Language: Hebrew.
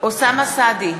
אוסאמה סעדי,